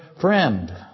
friend